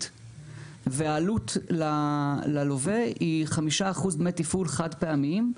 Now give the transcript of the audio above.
והעלות ללווה היא 5% דמי תפעול חד פעמיים,